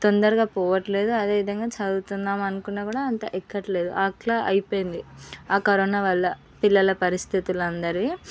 తొందరగా పోవడం లేదు అదే విధంగా చదువుతున్నాం అనుకున్నా కూడా అంత ఎక్కడం లేదు అలా అయిపోయింది ఆ కరోనా వల్ల పిల్లల పరిస్థితులందరివీ